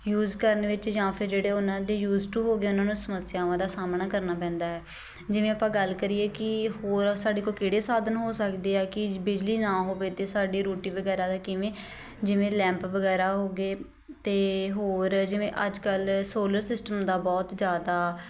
use ਕਰਨ ਵਿੱਚ ਜਾਂ ਫਿਰ ਜਿਹੜੇ ਉਹਨਾਂ ਦੇ ਯੂਜ਼ ਟੂ ਹੋ ਗਏ ਉਹਨਾਂ ਨੂੰ ਸਮੱਸਿਆਵਾਂ ਦਾ ਸਾਹਮਣਾ ਕਰਨਾ ਪੈਂਦਾ ਹੈ ਜਿਵੇਂ ਆਪਾਂ ਗੱਲ ਕਰੀਏ ਕਿ ਹੋਰ ਸਾਡੇ ਕੋਲ ਕਿਹੜੇ ਸਾਧਨ ਹੋ ਸਕਦੇ ਆ ਕਿ ਬਿਜਲੀ ਨਾ ਹੋਵੇ ਅਤੇ ਸਾਡੀ ਰੋਟੀ ਵਗੈਰਾ ਦਾ ਕਿਵੇਂ ਜਿਵੇਂ ਲੈਂਪ ਵਗੈਰਾ ਹੋ ਗਏ ਅਤੇ ਹੋਰ ਜਿਵੇਂ ਅੱਜ ਕੱਲ੍ਹ ਸੋਲਰ ਸਿਸਟਮ ਦਾ ਬਹੁਤ ਜ਼ਿਆਦਾ